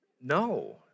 No